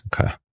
Okay